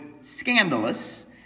scandalous